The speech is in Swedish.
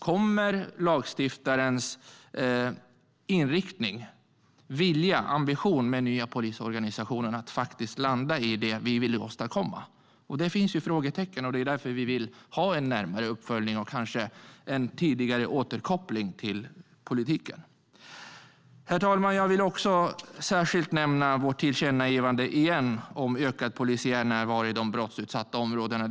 Kommer lagstiftarens inriktning, vilja och ambition för den nya polisorganisationen att landa i det som vi vill åstadkomma? Det finns frågetecken, och därför vill vi ha en närmare uppföljning och en tidigare återkoppling till politiken. Herr talman! Jag vill åter särskilt nämna vårt tillkännagivande om ökad polisiär närvaro i de brottsutsatta områdena.